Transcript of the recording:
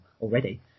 already